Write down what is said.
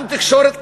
גם תקשורת אטומה,